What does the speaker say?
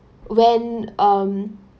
when um